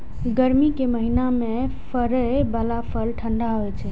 गर्मी के महीना मे फड़ै बला फल ठंढा होइ छै